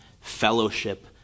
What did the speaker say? fellowship